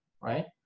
right